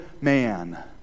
man